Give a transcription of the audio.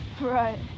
Right